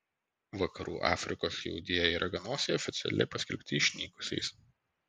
vakarų afrikos juodieji raganosiai oficialiai paskelbti išnykusiais